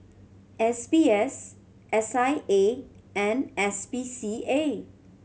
S B S S I A and S P C A